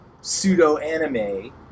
pseudo-anime